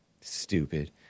Stupid